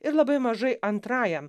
ir labai mažai antrajam